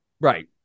Right